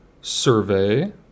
survey